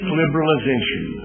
liberalization